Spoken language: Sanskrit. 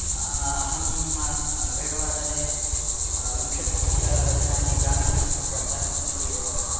अहं वेणुवादने विंशत्यधिकरचनानि जानामि तस्य अभ्यासमपि